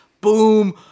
Boom